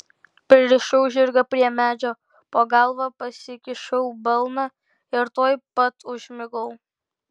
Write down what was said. pririšau žirgą prie medžio po galva pasikišau balną ir tuoj pat užmigau